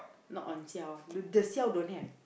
not on siao the the siao don't have